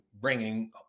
bringing